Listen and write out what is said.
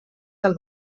del